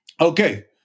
Okay